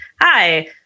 hi